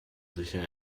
sicher